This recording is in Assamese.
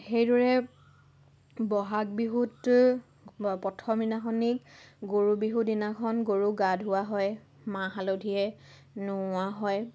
সেইদৰে বহাগ বিহুত প্ৰথম দিনাখনেই গৰু বিহু দিনাখন গৰু গা ধোৱা হয় মাহ হালধিৰে নোওঁৱা হয়